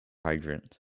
hydrant